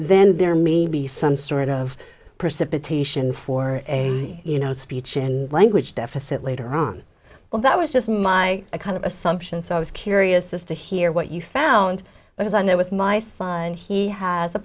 then there may be some sort of precipitation for a you know speech in language deficit later on well that was just my kind of assumption so i was curious to hear what you found because i know with my son he has a